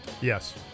Yes